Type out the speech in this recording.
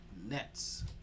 Nets